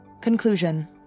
Conclusion